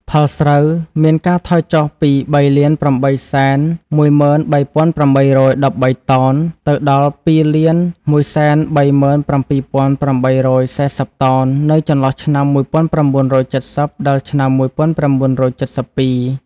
ផលស្រូវមានការថយចុះពី ៣៨១៣៨១៣ តោន ទៅដល់ ២១៣៧៨៤០ តោន នៅចន្លោះឆ្នាំ ១៩៧០ ដល់ ឆ្នាំ១៩៧២។